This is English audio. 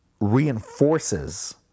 reinforces